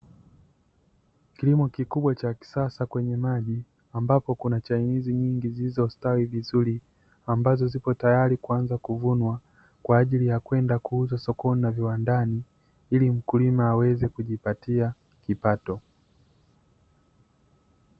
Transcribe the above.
Kilimo kikubwa cha kisasa kwenye maji ambapo kuna chainizi nyingi zilizostawi vizuri, ambazo zipo tayari kuanza kuvunwa kwa ajili ya kwenda kuuzwa sokoni na viwandani ili mkulima aweze kujipatia kipato.